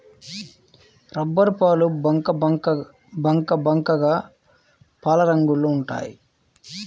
రబ్బరుపాలు బంకబంకగా పాలరంగులో ఉంటాయి